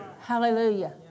Hallelujah